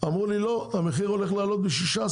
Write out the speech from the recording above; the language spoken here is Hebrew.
אמרו לי לא, המחיר הולך לעלות ב-16%.